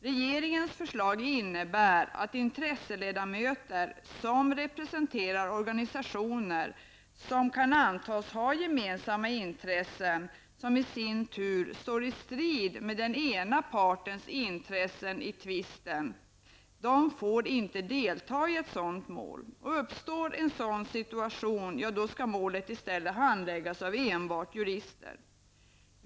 Regeringens förslag innebär att intresseledamöter som representerar organisationer som kan antas ha gemensamma intressen som i sin tur står i strid med den ena partens intressen i tvisten, inte får delta i ett sådant mål. Om en sådan situation uppstår skall målet i stället handläggas av enbart jurister.